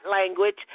language